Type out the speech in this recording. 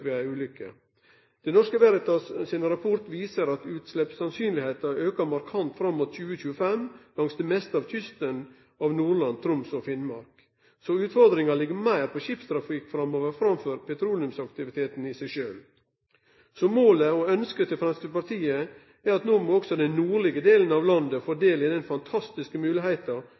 ved ei ulykke. Det Norske Veritas' rapport viser at utsleppsrisikoen aukar markant fram mot 2025 langs det meste av kysten av Nordland, Troms og Finnmark. Utfordringa ligg meir på skipstrafikk framover enn på petroleumsaktiviteten i seg sjølv. Målet og ønsket til Framstegspartiet er at no må også den nordlege delen av landet få del i den fantastiske